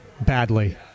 Badly